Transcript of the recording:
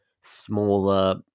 smaller